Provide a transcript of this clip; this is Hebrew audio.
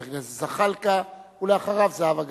חבר הכנסת זחאלקה, ואחריו, זהבה גלאון.